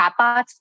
Chatbots